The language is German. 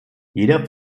jeder